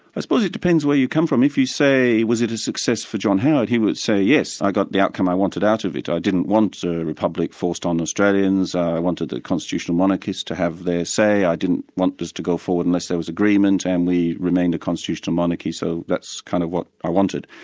i suppose it depends where you come from. if you say was it a success for john howard, he would say yes, i got the outcome i wanted out of it. i didn't want a republic forced on australians, i wanted the constitutional monarchists to have their say, i didn't want this to go forward unless there was agreement, and we remained a constitutional monarchy so that's kind of what i wanted.